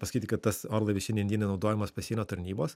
pasakyti kad tas orlaivis šiandien dienai naudojamas pasienio tarnybos